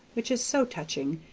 which is so touching,